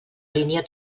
línia